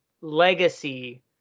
legacy